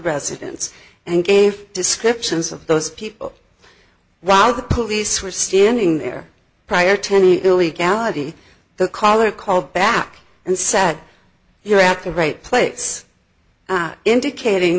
residence and gave descriptions of those people while the police were standing there prior to any illegality the caller called back and said you're at the right place indicating